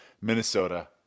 Minnesota